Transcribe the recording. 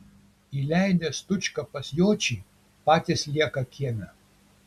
įleidę stučką pas jočį patys lieka kieme